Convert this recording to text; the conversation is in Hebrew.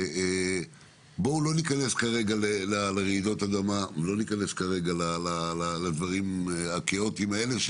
לא להיכנס לרעידות אדמה ולדברים הכאוטיים האלה,